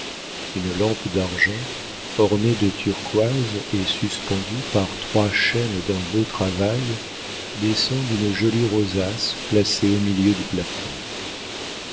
une lampe d'argent ornée de turquoises et suspendue par trois chaînes d'un beau travail descend d'une jolie rosace placée au milieu du plafond